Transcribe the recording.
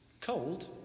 cold